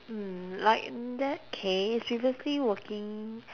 mm like in that case previously working